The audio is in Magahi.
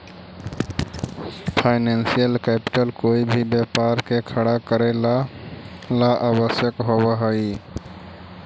फाइनेंशियल कैपिटल कोई भी व्यापार के खड़ा करेला ला आवश्यक होवऽ हई